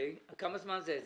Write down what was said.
כמה זמן זה אצלכם?